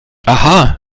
aha